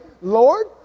Lord